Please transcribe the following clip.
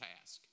task